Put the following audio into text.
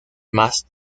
más